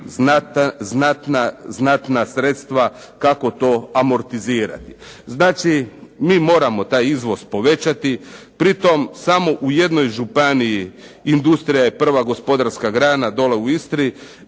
znatna sredstva kako to amortizirati. Znači, mi moramo taj izvoz povećati. Pri tom samo u jednoj županiji industrija je prva gospodarska grana dole u Istri i